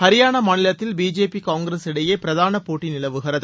ஹரியானா மாநிலத்தில் பிஜேபி காங்கிரஸ் இடையே பிரதான போட்டி நிலவுகிறது